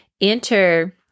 enter